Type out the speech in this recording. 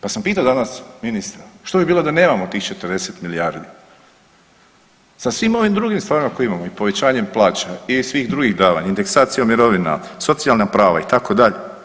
Pa sam pitao danas ministra, što bi bilo da nemamo tih 40 milijardi sa svim ovim drugim stvarima koje imamo i povećanjem plaća i svih drugih davanja, indeksacija mirovina, socijalna prava itd.